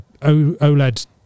oled